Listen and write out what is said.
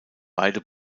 beide